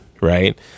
Right